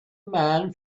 man